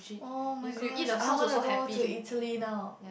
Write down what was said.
oh-my-gosh I want to go to Italy now